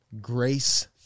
grace